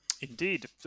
Indeed